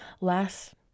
last